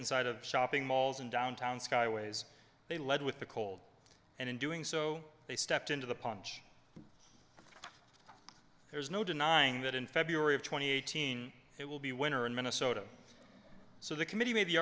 inside of shopping malls in downtown skyways they led with the cold and in doing so they stepped into the punch there's no denying that in february of two thousand and eighteen it will be winter in minnesota so the committee made the